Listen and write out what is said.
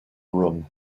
room